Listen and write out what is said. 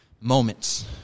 Moments